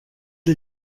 les